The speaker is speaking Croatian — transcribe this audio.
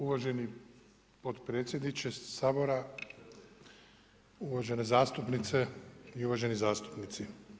Uvaženi potpredsjedniče Sabora, uvažene zastupnice i uvaženi zastupnici.